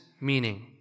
meaning